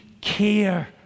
care